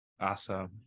Awesome